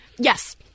Yes